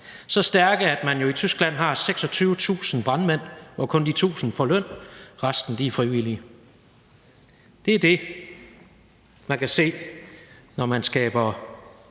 så stærke, at man i Tyskland har ca. 26.000 brandmænd og kun de 1.000 får løn; resten er frivillige. Det er det, man kan se, når man skaber